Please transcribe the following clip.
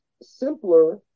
simpler